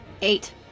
Eight